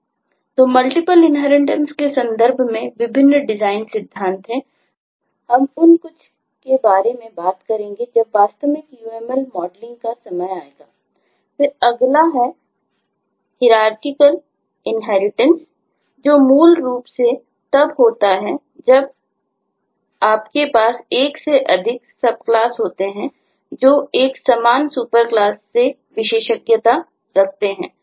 तो multiple inheritance से विशेषज्ञता रखते हैं